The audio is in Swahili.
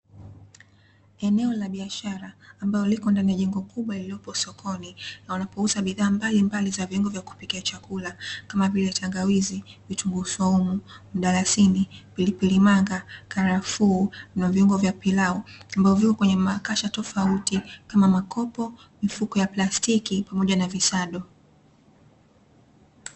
Eneo la biashara ambalo liko ndani ya jengo kumbwa lililoko sokoni wanapouza bidhaa mbalimbali za vyombo vya kupikia chakula kama vile tangawizi, vitunguu, swaumu, mdalasini, pilipili manga, karafuu na viungo vya pilau ambavyo viko kwenye makasha tofauti kama makopo, mifuko ya plastiki pamoja na visado.